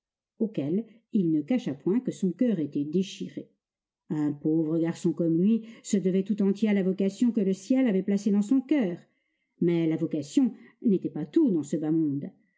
auquel il ne cacha point que son coeur était déchiré un pauvre garçon comme lui se devait tout entier à la vocation que le ciel avait placée dans son coeur mais la vocation n'était pas tout dans ce bas monde